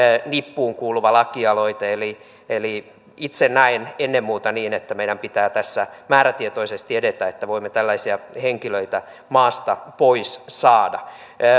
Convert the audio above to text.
nippuun kuuluva lakialoite eli eli itse näen ennen muuta niin että meidän pitää tässä määrätietoisesti edetä että voimme tällaisia henkilöitä maasta pois saada